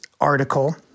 article